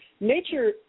Nature